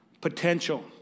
potential